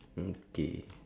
okay